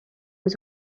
was